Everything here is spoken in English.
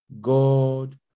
God